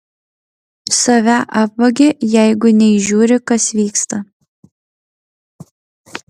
save apvagi jeigu neįžiūri kas vyksta